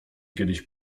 kiedyś